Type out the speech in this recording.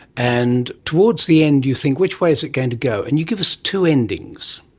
and towards the end you think which way is it going to go? and you give us two endings.